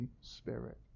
Spirit